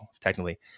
Technically